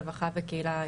רווחה וקהילה,